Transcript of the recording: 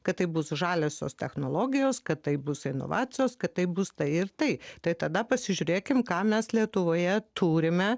kad tai bus žaliosios technologijos kad tai bus inovacijos kad tai bus tai ir tai tai tada pasižiūrėkim ką mes lietuvoje turime